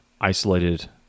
isolated